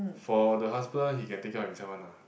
for the husband he can take care himself one ah